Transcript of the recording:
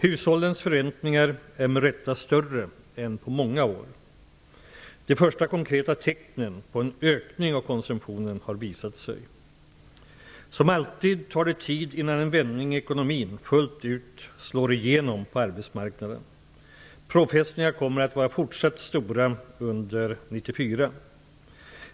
Hushållens förväntningar är med rätta större än på många år. De första konkreta tecknen på en ökning av konsumtionen har visat sig. Som alltid tar det tid innan en vändning i ekonomin fullt ut slår igenom på arbetsmarknaden. Påfrestningarna kommer att vara fortsatt stora under år 1994.